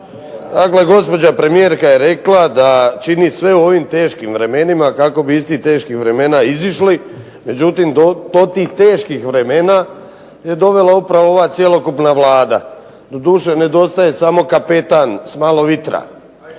navod. Gospođa premijerka je rekla da čini sve u ovim teškim vremenima kako bi u ovim teškim vremena izišli. Međutim, do tih teških vremena je dovela upravo ova cjelokupna Vlada. Doduše nedostaje samo kapetan sa malo vitra.